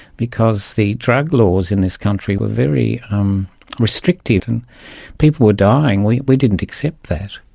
because the drug laws in this country were very um restrictive and people were dying. we we didn't accept that.